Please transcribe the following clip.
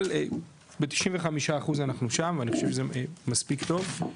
אבל ב-95 אחוז אנחנו שם ואני חושב שזה מספיק טוב.